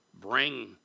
bring